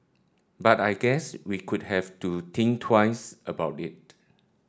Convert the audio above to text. but I guess we could have to think twice about it